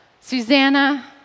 Susanna